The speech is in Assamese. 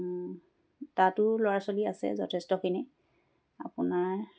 তাতো ল'ৰা ছোৱালী আছে যথেষ্টখিনি আপোনাৰ